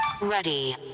Ready